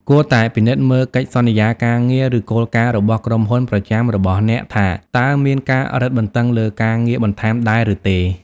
គួរតែពិនិត្យមើលកិច្ចសន្យាការងារ ឬគោលការណ៍របស់ក្រុមហ៊ុនប្រចាំរបស់អ្នកថា តើមានការរឹតបន្តឹងលើការងារបន្ថែមដែរឬទេ។